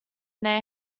they